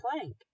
plank